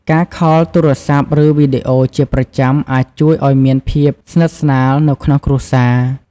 ការខលទូរស័ព្ទ ឬវីដេអូជាប្រចាំអាចជួយឲ្យមានភាពស្និទ្ធស្នាលនៅក្នុងគ្រួសារ។